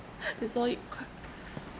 that's why quite